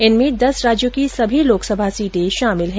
इनमें दस राज्यों की सभी लोकसभा सीटें शामिल हैं